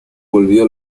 volvió